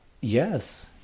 Yes